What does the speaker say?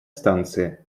станции